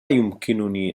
يمكنني